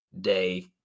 day